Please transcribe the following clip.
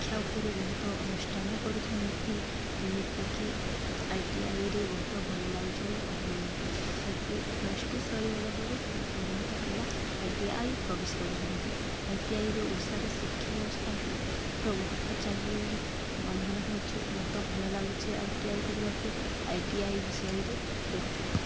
ଶିକ୍ଷା ଉପରେ ବହୁତ ଅନୁଷ୍ଠାନ କରୁଛନ୍ତି ଯେମିତିକି ଆଇଟିଆଇରେ ବହୁତ ଭଲ ଲାଗୁଛି ବୋଲି କହୁଛନ୍ତି ପ୍ଲସ ଟୁ ସରିଗଲା ପରେ ବହୁତ ପିଲା ଆଇ ଟି ଆଇ ପ୍ରବେଶ କରୁଛନ୍ତି ଆଇଟିଆଇରେ ଓଡ଼ିଶାର ଶିକ୍ଷା ବ୍ୟବସ୍ଥା ବହୁତ ହେଉଛି ବହୁତ ଭଲ ଲାଗୁଛି ଆଇ ଟି ଆଇ କରିବାକୁ ଆଇ ଟି ଆଇ ବିଷୟରେ କହୁଛି